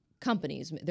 companies